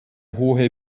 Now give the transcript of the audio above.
hohe